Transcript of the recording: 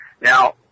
Now